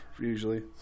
usually